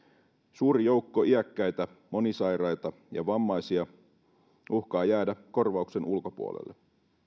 suuri joukko iäkkäitä monisairaita ja vammaisia uhkaa jäädä korvauksen ulkopuolelle